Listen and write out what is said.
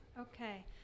okay